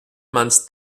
mans